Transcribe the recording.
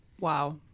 Wow